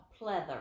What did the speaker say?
pleather